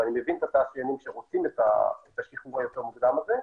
ואני מבין את התעשיינים שרוצים את השחרור היותר מוקדם הזה,